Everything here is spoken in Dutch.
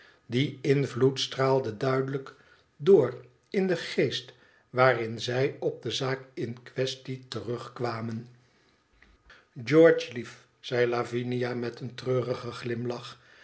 die invloed straalde duidelijk door in den geest waarin zij op de zaak in quaestie terugkwamen onze wkderzudschb vrismd igeorge liec zei lavina meteen trenrigen glimlach